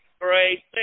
great